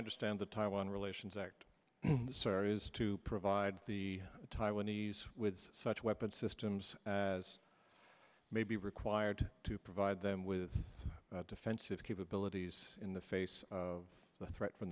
understand the taiwan relations act sir is to provide the taiwanese with such weapons systems as may be required to provide them with defensive capabilities in the face of the threat from